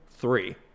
three